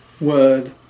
word